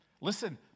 Listen